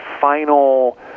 final